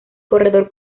corredor